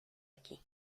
aquí